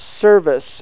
service